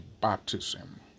baptism